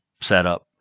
setup